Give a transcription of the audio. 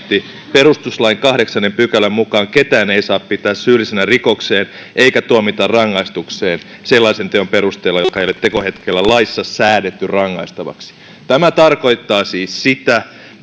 perustuslain kahdeksannen pykälän mukaan ketään ei saa pitää syyllisenä rikokseen eikä tuomita rangaistukseen sellaisen teon perusteella jota ei ole tekohetkellä laissa säädetty rangaistavaksi tämä tarkoittaa siis sitä